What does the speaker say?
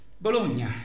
Bologna